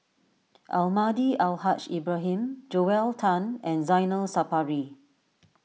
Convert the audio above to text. Almahdi Al Haj Ibrahim Joel Tan and Zainal Sapari